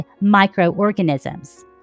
microorganisms